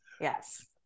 Yes